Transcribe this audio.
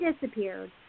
disappeared